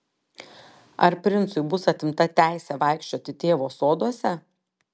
ar princui bus atimta teisė vaikščioti tėvo soduose